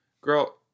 Girl